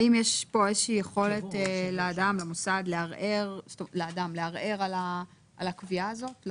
האם יש כאן איזושהי יכולת לאדם לערער על הקביעה הזאת?